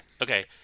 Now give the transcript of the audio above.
Okay